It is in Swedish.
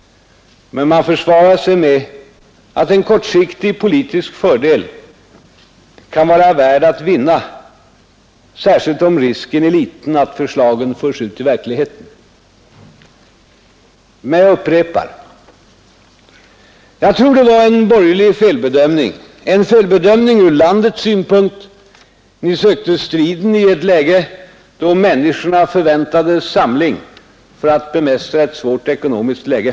Men man försvarar sig med att en kortsiktig politisk fördel kan vara värd att vinna, särskilt om risken är liten att förslagen förs ut i verkligheten. Men jag upprepar: jag tror att det var en borgerlig felbedömning, en felbedömning från landets synpunkt. Ni sökte striden i ett läge då människorna väntade samling för att bemästra ett svårt ekonomiskt läge.